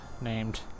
named